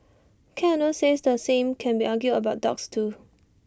cat owners say the same can be argued about dogs too